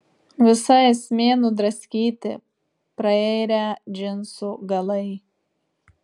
visa esmė nudraskyti prairę džinsų galai